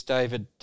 David